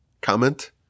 comment